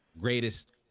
greatest